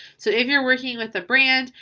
so if you're working with a brand,